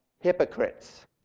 hypocrites